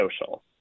social